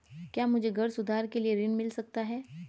क्या मुझे घर सुधार के लिए ऋण मिल सकता है?